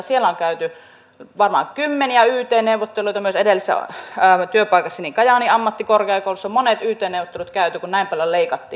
siellä on käyty varmaan kymmeniä yt neuvotteluita myös edellisessä työpaikassani kajaanin ammattikorkeakoulussa on monet yt neuvottelut käyty kun näin paljon leikattiin